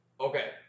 Okay